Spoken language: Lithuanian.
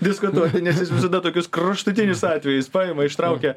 diskutuoti nes jis visada tokius kraštutinius atvejus paima ištraukia